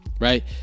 right